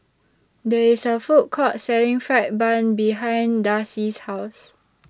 There IS A Food Court Selling Fried Bun behind Darcie's House